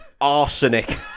arsenic